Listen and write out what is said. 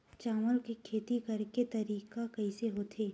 चावल के खेती करेके तरीका कइसे होथे?